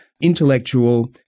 intellectual